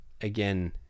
again